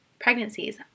pregnancies